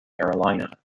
carolina